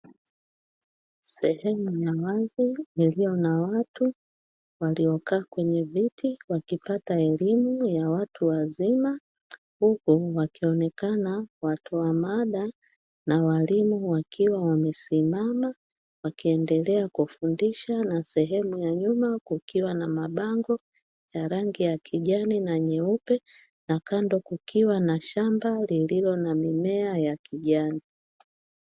Sehemu ya wazi yaliyo na watu waliokaa kwenye viti wakipata elimu ya watu wazima, huku wakionekana watoa mada na walimu wakiwa wamesimama wakiendelea kufundisha, na sehemu ya nyuma kukiwana mabango ya rangi ya kijani na nyeupe, na kando kukiwa na shamba lililo na mimea ya kijani.